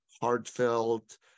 heartfelt